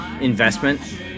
investment